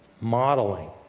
modeling